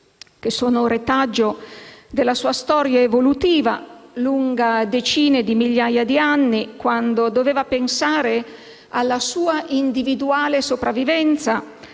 retaggio della sua storia evolutiva lunga decine di migliaia di anni, quando doveva pensare alla sua individuale sopravvivenza